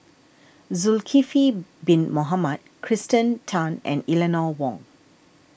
Zulkifli Bin Mohamed Kirsten Tan and Eleanor Wong